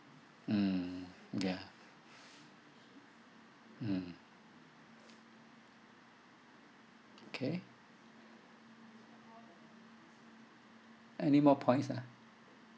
mm ya mm okay anymore points ah